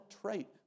trait